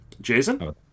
Jason